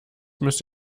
müsst